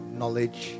knowledge